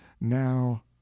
now